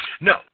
no